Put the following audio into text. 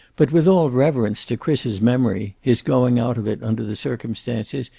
but with all reverence to chris's memory his going out of it, under the circumstances,